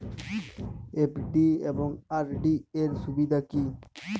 FD এবং RD এর সুবিধা কী?